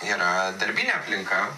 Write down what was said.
yra darbinė aplinka